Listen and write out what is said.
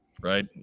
right